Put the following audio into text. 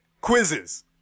quizzes